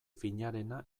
finarena